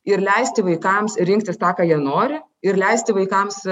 ir leisti vaikams rinktis tą ką jie nori ir leisti vaikams